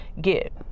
get